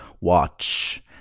Watch